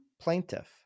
Plaintiff